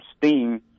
steam